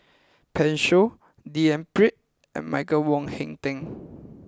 Pan Shou D N Pritt and Michael Wong Hong Teng